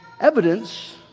evidence